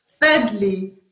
Thirdly